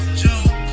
joke